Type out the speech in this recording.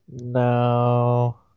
No